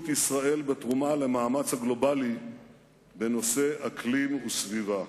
ישראל בתרומה למאמץ הגלובלי בנושא אקלים וסביבה.